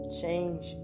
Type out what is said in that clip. change